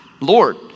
Lord